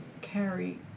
carry